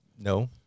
No